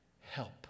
help